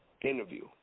interview